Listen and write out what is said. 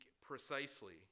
precisely